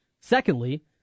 Secondly